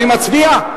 אני מצביע?